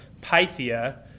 Pythia